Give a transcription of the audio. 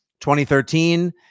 2013